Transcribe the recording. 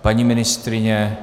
Paní ministryně?